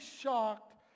shocked